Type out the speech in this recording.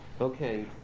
Okay